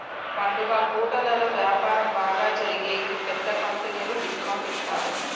పండుగ పూటలలో వ్యాపారం బాగా జరిగేకి పెద్ద కంపెనీలు డిస్కౌంట్ ఇత్తారు